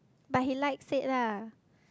but he likes it lah